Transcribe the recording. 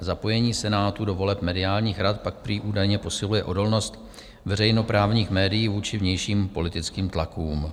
Zapojení Senátu do voleb mediálních rad pak prý údajně posiluje odolnost veřejnoprávních médií vůči vnějším politickým tlakům.